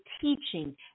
teaching